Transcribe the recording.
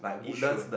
Yishun